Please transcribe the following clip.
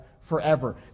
forever